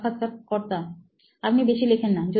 সাক্ষাৎকারকর্তা আপনি বেশি লেখেন না